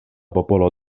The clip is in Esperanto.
popolo